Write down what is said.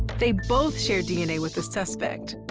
they both share dna with the suspect.